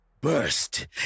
burst